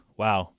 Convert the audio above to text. wow